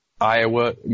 Iowa